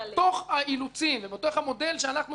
האילוצים ובתוך המודל שאנחנו מכתיבים,